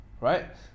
right